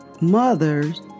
mothers